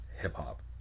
hip-hop